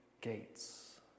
gates